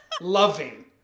loving